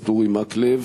(מאגר מידע של ניקוד מסוכנות לעניין נהגים מקצועיים),